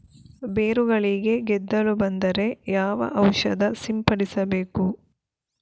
ಬೇರುಗಳಿಗೆ ಗೆದ್ದಲು ಬಂದರೆ ಯಾವ ಔಷಧ ಸಿಂಪಡಿಸಬೇಕು?